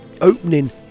opening